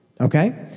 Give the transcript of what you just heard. okay